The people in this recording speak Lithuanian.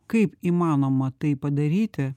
kaip įmanoma tai padaryti